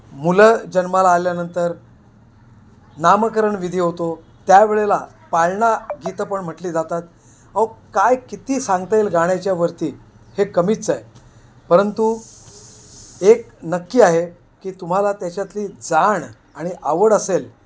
मुलं जन्माला आल्यानंतर नामकरण विधी होतो त्यावेळेला पाळणा गीतं पण म्हटली जातात अहो काय किती सांगता येईल गाण्याच्या वरती हे कमीच आहे परंतु एक नक्की आहे की तुम्हाला त्याच्यातली जाण आणि आवड असेल